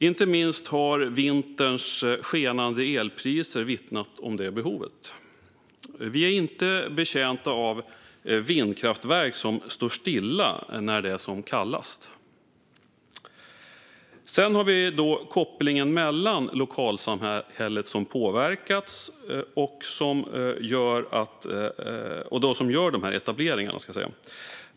Inte minst vinterns skenande elpriser har vittnat om det. Vi är inte betjänta av vindkraftverk som står stilla när det är som kallast. Det finns också en koppling mellan lokalsamhället som påverkas och dem som står bakom etableringarna.